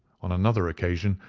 on another occasion,